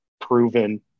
proven